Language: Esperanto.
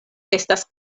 estas